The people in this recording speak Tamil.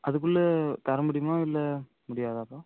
அதுக்குள்ளே தர முடியுமா இல்லை முடியாதாப்பா